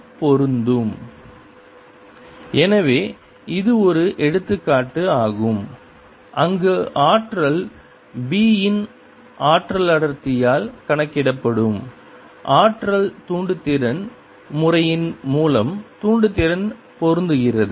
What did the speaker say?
a n 0IIa0n2 எனவே இது ஒரு எடுத்துக்காட்டு ஆகும் அங்கு ஆற்றல் b இன் ஆற்றல் அடர்த்தியால் கணக்கிடப்படும் ஆற்றல் தூண்டுதிறன் முறையின் மூலம் தூண்டுதிறன் பொருந்துகிறது